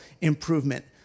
improvement